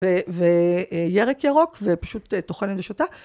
וירק ירוק ופשוט טוחנת ושותה